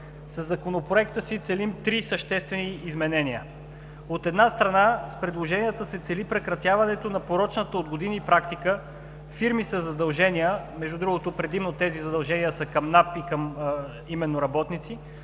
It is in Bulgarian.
Със Законопроекта си целим три съществени изменения. От една страна, с предложенията се цели прекратяването на порочната от години практика фирми със задължения, между другото, предимно тези задължения са към НАП и към именно работници,